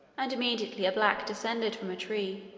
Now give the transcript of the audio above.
and immediately a black descended from a tree,